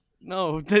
no